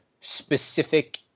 specific